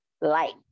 light